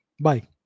Bye